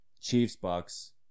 Chiefs-Bucks